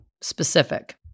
specific